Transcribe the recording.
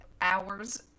hours